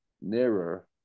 nearer